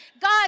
god